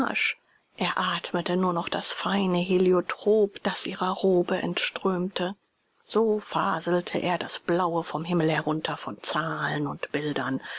er atmete nur noch das feine heliotrop das ihrer robe entströmte so faselte er das blaue vom himmel herunter von zahlen und bildern